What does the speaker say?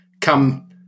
come